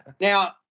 Now